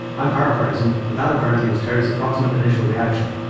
i'm paraphrasing, but that, apparently, was terry's approximate initial reaction.